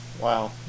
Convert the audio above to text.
Wow